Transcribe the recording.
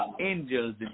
angels